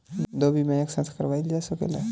दो बीमा एक साथ करवाईल जा सकेला?